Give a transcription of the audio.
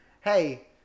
Hey